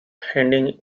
handing